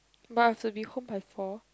but I have to be home by four